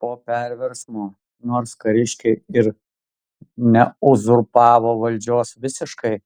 po perversmo nors kariškiai ir neuzurpavo valdžios visiškai